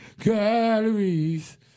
calories